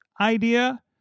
idea